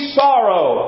sorrow